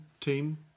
Team